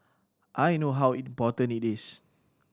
I know how important it is